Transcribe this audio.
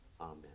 Amen